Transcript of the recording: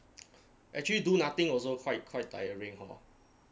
actually do nothing also quite quite tiring hor